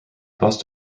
bust